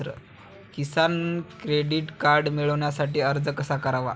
किसान credit card मिळवण्यासाठी अर्ज कसा करावा?